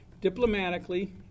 diplomatically